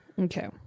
Okay